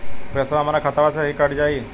पेसावा हमरा खतवे से ही कट जाई?